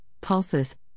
pulses